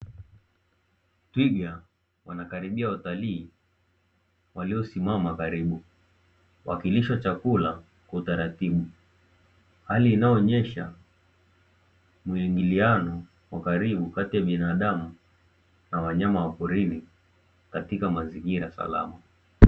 Twiga wanakaribia watalii waliosimama karibu wakilishwa chakula kwa utaratibu; hali inayoonyesha muingiliano wa karibu kati ya binadamu na wanyama wa porini katika mazingira salama.